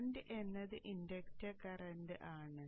current എന്നത് inductor current ആണ്